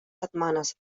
setmanes